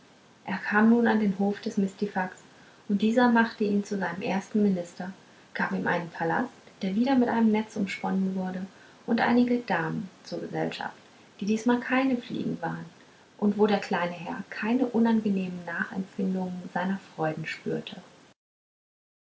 er kam nun an den hof des mistifax und dieser machte ihn zu seinem ersten minister gab ihm einen palast der wieder mit einem netz umsponnen wurde und einige damen zur gesellschaft die diesmal keine fliegen waren und wo der kleine herr keine unangenehmen nachempfindungen seiner freuden spürte